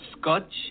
Scotch